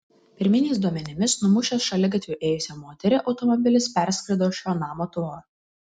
pirminiais duomenimis numušęs šaligatviu ėjusią moterį automobilis perskrido šio namo tvorą